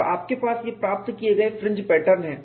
और आपके पास ये प्राप्त किए गए फ्रिंज पैटर्न हैं